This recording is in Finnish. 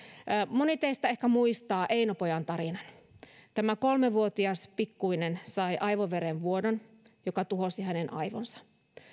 moni teistä ehkä muistaa eino pojan tarinan tämä kolmevuotias pikkuinen sai aivoverenvuodon joka tuhosi hänen aivonsa